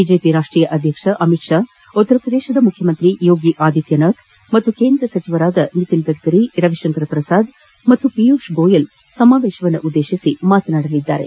BJP ರಾಷ್ಟೀಯ ಅಧ್ಯಕ್ಷ ಅಮಿತ್ ಷಾ ಉತ್ತರ ಪ್ರದೇಶದ ಮುಖ್ಯಮಂತ್ರಿ ಯೋಗಿ ಆದಿತ್ತನಾಥ್ ಹಾಗೂ ಕೇಂದ್ರ ಸಚಿವರಾದ ನಿತಿನ್ ಗಢರಿ ರವಿಶಂಕರ್ ಪ್ರಸಾದ್ ಮತ್ತು ಪಿಯೂಷ್ ಗೋಯಲ್ ಸಮಾವೇಶ ಉದ್ವೇಶಿಸಿ ಮಾತನಾಡಲಿದ್ದಾರೆ